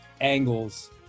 angles